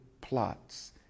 plots